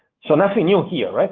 so nothing new here, right?